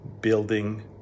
building